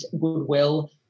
goodwill